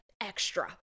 extra